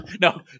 No